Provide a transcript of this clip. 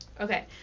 okay